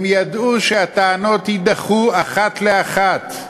הם ידעו שהטענות יידחו אחת לאחת,